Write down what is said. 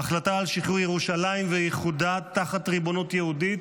ההחלטה על שחרור ירושלים ואיחודה תחת ריבונות יהודית,